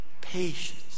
patience